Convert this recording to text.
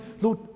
Lord